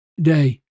day